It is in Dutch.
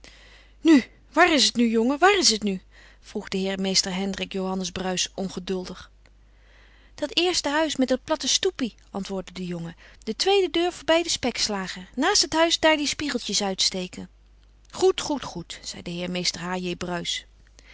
nu waar is het nu jongen waar is het nu vroeg de heer mr hendrik johannes bruis ongeduldig dat eerste huis met dat platte stoepie antwoordde de jongen de tweede deur voorbij den spekslager naast het huis daar die spiegeltjes uitsteken goed goed goed zei de heer mr h j bruis